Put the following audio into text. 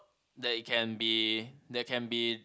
that it can be that can be